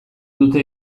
dute